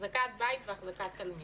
אחזקת בית ואחזקת תלמיד.